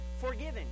forgiven